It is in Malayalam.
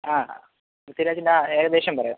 ആ പൃഥ്വിരാജിൻ്റെ ആ ഏകദേശം പറയാം